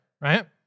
right